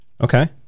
Okay